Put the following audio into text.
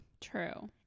True